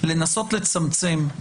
לנסות לצמצם,